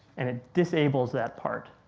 and it disables that part.